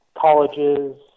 colleges